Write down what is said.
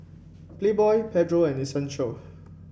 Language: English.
Playboy Pedro and Essential